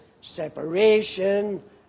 separation